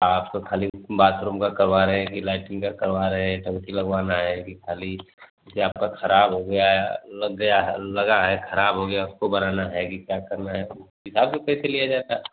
आपको ख़ाली बाथरूम का करवा रहे हैं कि लएट्रीन का करवा रहे हैं टंकी लगवाना है कि खाली ये आपका ख़राब हो गया लग गया है लगा है ख़राब हो गया उसको बनाना है कि क्या करना है हिसाब से पैसे लिया जाता है